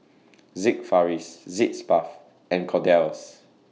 Sigvaris Sitz Bath and Kordel's